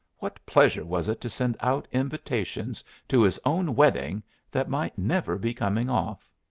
what pleasure was it to send out invitations to his own wedding that might never be coming off?